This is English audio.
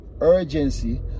urgency